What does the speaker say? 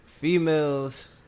females